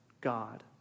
God